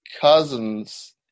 cousins